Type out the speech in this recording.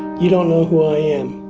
you don't know who i am,